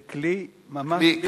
זה כלי ממש בלתי רגיל,